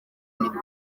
nibwo